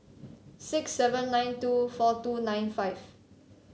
six seven nine two four two nine five